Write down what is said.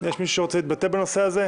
יש מישהו שרוצה להתבטא בנושא הזה?